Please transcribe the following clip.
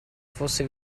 fosse